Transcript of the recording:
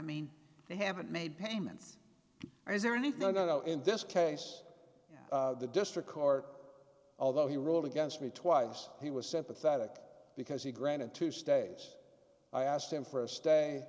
mean they haven't made payments is there any no no in this case the district court although he ruled against me twice he was sympathetic because he granted two states i asked him for a stay